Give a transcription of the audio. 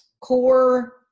core